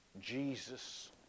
Jesus